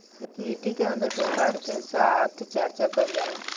equity के अंदर व्यापार में साथ के चर्चा कईल जाला